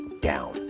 down